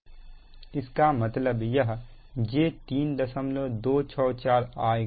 अब इसका मतलब यह j3264 आएगा